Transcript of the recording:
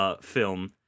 film